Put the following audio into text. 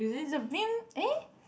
is a bin eh